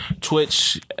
Twitch